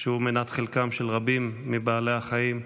שהוא מנת חלקם של רבים מבעלי החיים,